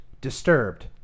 Disturbed